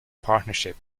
partnership